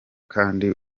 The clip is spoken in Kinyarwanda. kandi